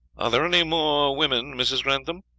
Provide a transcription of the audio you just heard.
are there any more women, mrs. grantham?